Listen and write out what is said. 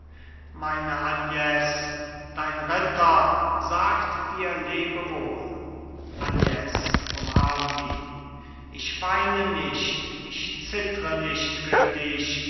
meine agnes dein ritter sagt dir lebewohl agnes umarmt ihn ich weine nicht ich zittre nicht für dich